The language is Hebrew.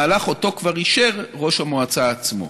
מהלך שאותו כבר אישר ראש המועצה עצמו,